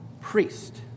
priest